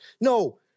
No